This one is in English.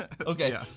Okay